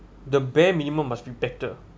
the bare minimum must be better